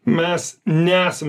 mes nesam